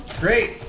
Great